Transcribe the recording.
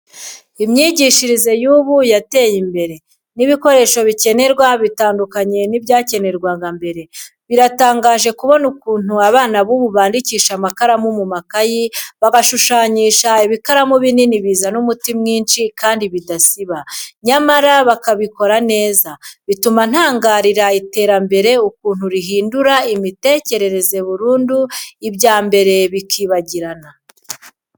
Imyigishirize y'ubu yateye imbere, n'ibikoresho bikenerwa bitandukanye n'ibyakenerwaga mbere. Biratangaje kubona ukuntu abana b'ubu bandikisha amakaramu mu makaye, bagashushanyisha ibikaramu binini bizana umuti mwinshi kandi bidasibika, nyamara bakabikora neza, bituma ntangarira iterambere ukuntu rihindura imitekerereze burundu, ibya mbere bikibagirana.